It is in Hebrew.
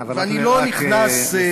ואני לא נכנס,